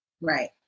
Right